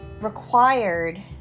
required